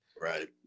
Right